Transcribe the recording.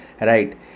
Right